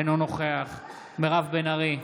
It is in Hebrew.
אינו נוכח מירב בן ארי,